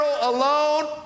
alone